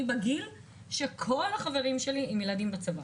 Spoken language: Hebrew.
אני בגיל שכל החברים שלי עם ילדים בצבא,